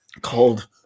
called